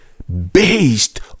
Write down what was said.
based